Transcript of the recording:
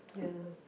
ya